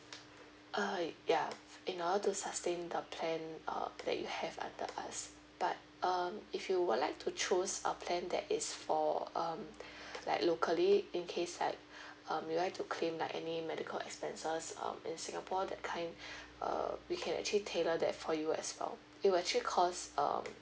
uh ya in order to sustain the plan uh that you have under us but um if you would like to choose a plan that is for um like locally in case like um you would like to claim like any medical expenses um in singapore that kind uh we can actually tailor that for you as well it'll actually cost um